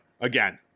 again